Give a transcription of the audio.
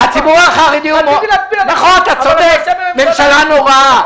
נכון, אתה צודק, ממשלה נוראה.